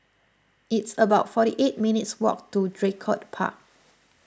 it's about forty eight minutes' walk to Draycott Park